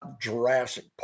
Jurassic